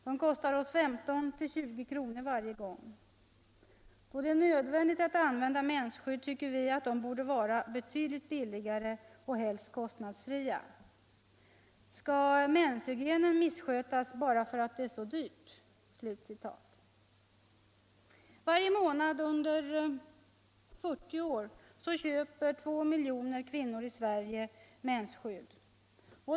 Det kostar oss 15-20 kr. varje gång!! Då det är nödvändigt att använda mensskydd tycker vi att de borde vara betydligt billigare, helst kostnadsfria. Skall menshygienen misskötas bara för att det är så dyrt?” Varje månad under 40 år köper två miljoner kvinnor i Sverige mensskydd.